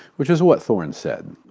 which is what thorne said.